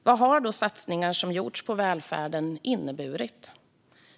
Vad har då satsningar som gjorts på välfärden inneburit?